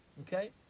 Okay